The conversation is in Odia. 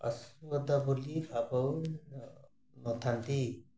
ଅସୁବିଧା ବୋଲି ଭାବ ନଥାନ୍ତି